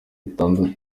itatu